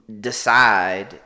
decide